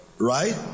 Right